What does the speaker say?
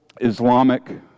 Islamic